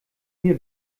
mir